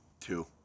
Two